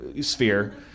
sphere